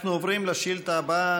אנחנו עוברים לשאילתה הבאה.